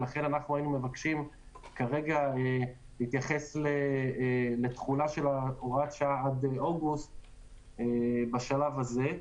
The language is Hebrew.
לכן היינו מבקשים להתייחס לתחולת הוראת השעה עד אוגוסט בשלב הזה.